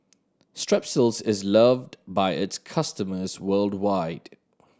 Strepsils is loved by its customers worldwide